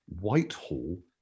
Whitehall